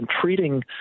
treating